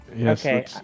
Okay